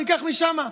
ניקח משם.